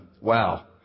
Wow